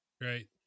Right